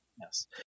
Yes